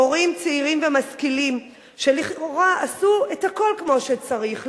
הורים צעירים ומשכילים שלכאורה עשו את הכול כמו שצריך,